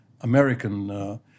American